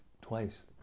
twice